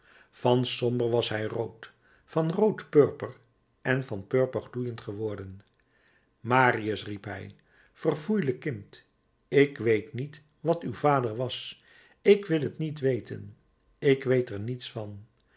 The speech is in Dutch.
van somber was hij rood van rood purper en van purper gloeiend geworden marius riep hij verfoeielijk kind ik weet niet wat uw vader was ik wil t niet weten ik weet er niets van